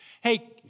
hey